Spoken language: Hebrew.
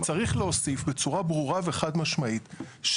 צריך להוסיף בצורה ברורה וחד משמעית,